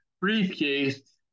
briefcase